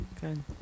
Good